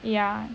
ya